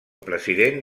president